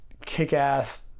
kick-ass